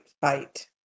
fight